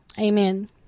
Amen